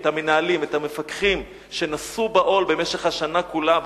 את המנהלים את המפקחים שנשאו בעול במשך השנה כולה,